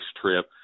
trip